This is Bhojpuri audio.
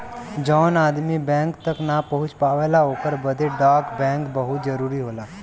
जौन आदमी बैंक तक ना पहुंच पावला ओकरे बदे डाक बैंक बहुत जरूरी होला